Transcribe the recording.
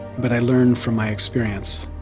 but i learn from my experience.